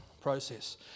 process